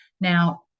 Now